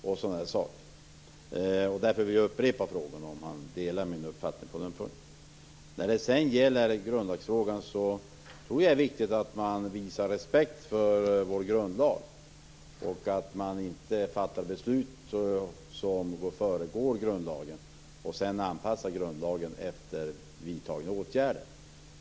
Jag upprepar därför frågan om han delar min uppfattning på den punkten. Jag tror att det är viktigt att visa respekt för vår grundlag och att inte först fatta beslut och sedan anpassa grundlagen till vidtagna åtgärder.